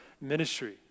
ministry